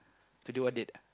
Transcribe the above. today what date